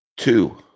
Two